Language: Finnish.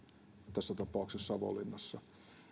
tässä tapauksessa savonlinnassa